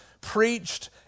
preached